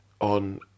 on